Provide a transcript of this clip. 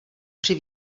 při